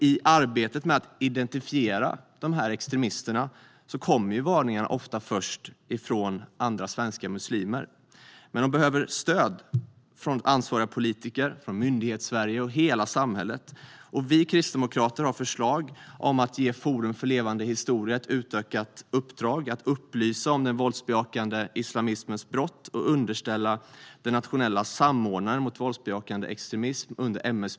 I arbetet med att identifiera extremister kommer varningarna ofta först från andra svenska muslimer. Men de behöver stöd från ansvariga politiker, från Myndighetssverige från och hela samhället. Vi kristdemokrater har förslag om att ge Forum för levande historia ett utökat uppdrag att upplysa om den våldsbejakande islamismens brott och göra den nationella samordnaren mot våldsbejakande extremism underställd MSB.